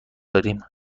داریم